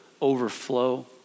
overflow